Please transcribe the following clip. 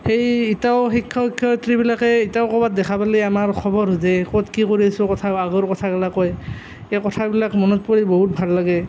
সেই এতিয়াও শিক্ষক শিক্ষয়িত্ৰীবিলাকে এতিয়াও ক'ৰবাত দেখা পালে আমাৰ খবৰ সোধে ক'ত কি কৰি কথা আছোঁ আগৰ কথাগেলা কয় সেই কথাবিলাক মনত পৰি বহুত ভাল লাগে